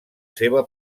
seva